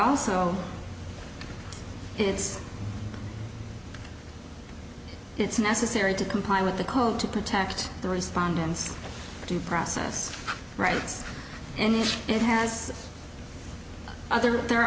also it's it's necessary to comply with the code to protect the respondents due process rights and it has other there are